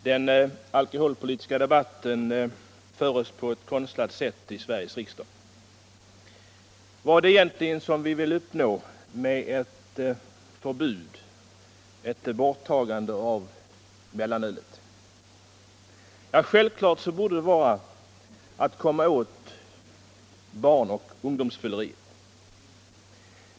Herr talman! Den alkoholpolitiska debatten förs på ett konstlat sätt i Sveriges riksdag. Vad är det som vi egentligen vill uppnå med ett borttagande av mellanölet? Ja, självfallet borde det vara att komma åt barnoch ungdomsfylleriet.